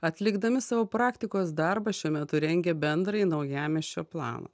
atlikdami savo praktikos darbą šiuo metu rengia bendrąjį naujamiesčio planą